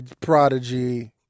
Prodigy